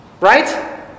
Right